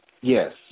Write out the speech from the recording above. Yes